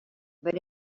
but